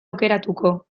aukeratuko